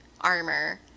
armor